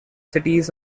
cities